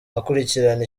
akurikirana